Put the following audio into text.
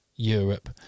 Europe